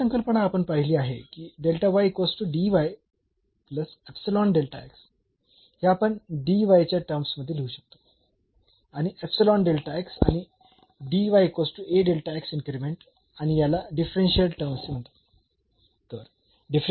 दुसरी संकल्पना आपण पाहिली आहे की हे आपण च्या टर्म्स मध्ये लिहू शकतो आणि आणि इन्क्रीमेंट आणि याला डिफरन्शियल टर्म असे म्हणतात